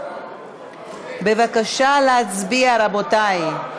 בבקשה, להצביע, רבותי.